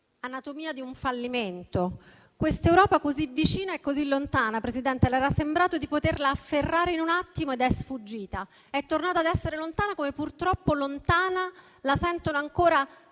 «Anatomia di un fallimento». Quest'Europa così vicina e così lontana, Presidente, le era sembrato di poterla afferrare in un attimo ed è sfuggita, è tornata ad essere lontana, come purtroppo lontana la sentono ancora